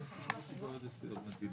אנחנו יודעים שהיום בישראל יש עודף של היצע